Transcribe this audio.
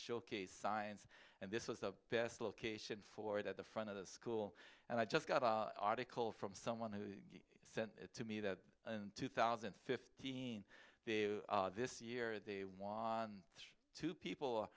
showcase science and this is the best location for it at the front of the school and i just got a article from someone who sent it to me that in two thousand and fifteen this year they are two people